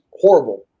horrible